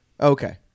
okay